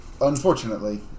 Unfortunately